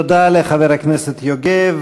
תודה לחבר הכנסת יוגב.